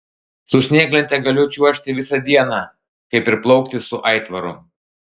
su snieglente galiu čiuožti visą dieną kaip ir plaukti su aitvaru